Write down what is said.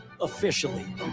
officially